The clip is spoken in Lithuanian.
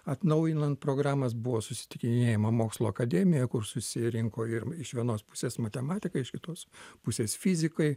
atnaujinant programas buvo susitikinėjama mokslo akademija kur susirinko ir iš vienos pusės matematikai iš kitos pusės fizikai